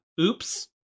Oops